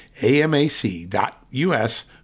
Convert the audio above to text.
AMAC.US